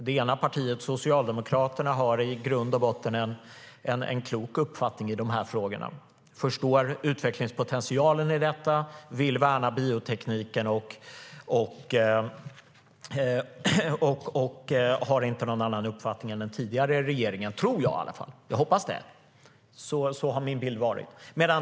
Det ena partiet, Socialdemokraterna, har i grund och botten en klok uppfattning i de här frågorna, förstår utvecklingspotentialen, vill värna biotekniken och har inte någon annan uppfattning än den tidigare regeringen - tror och hoppas jag i alla fall. Sådan har min bild varit.